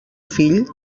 fill